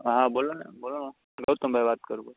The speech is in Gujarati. હા બોલોને બોલો ગૌતમ ભાઈ વાત કરું છું